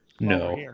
No